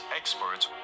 experts